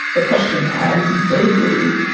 a question as degli.